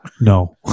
no